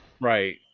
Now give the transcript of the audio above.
Right